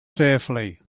safely